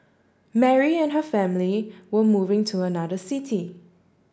Mary and her family were moving to another city